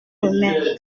remettre